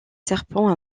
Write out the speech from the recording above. serpents